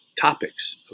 topics